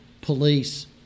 Police